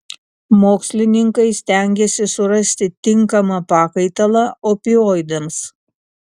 mokslininkai stengiasi surasti tinkamą pakaitalą opioidams